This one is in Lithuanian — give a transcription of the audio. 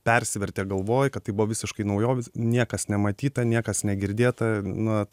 persivertė galvoj kad tai buvo visiškai naujovės niekas nematyta niekas negirdėta na